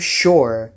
sure